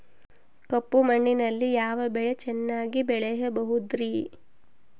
ಕಪ್ಪು ಮಣ್ಣಿನಲ್ಲಿ ಯಾವ ಬೆಳೆ ಚೆನ್ನಾಗಿ ಬೆಳೆಯಬಹುದ್ರಿ?